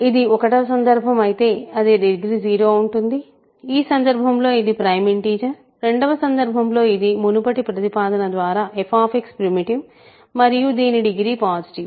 ఇది 1 వ సందర్భం అయితే అది డిగ్రీ 0 ఉంటుంది ఈ సందర్భంలో ఇది ప్రైమ్ ఇంటిజర్ 2 వ సందర్భం లో ఇది మునుపటి ప్రతిపాదన ద్వారా f ప్రిమిటివ్ మరియు దీని డిగ్రీ పాసిటివ్